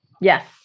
Yes